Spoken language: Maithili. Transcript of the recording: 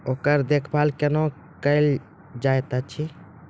ओकर देखभाल कुना केल जायत अछि?